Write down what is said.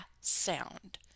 sound